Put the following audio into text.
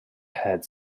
had